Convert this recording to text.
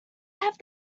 have